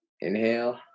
Inhale